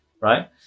right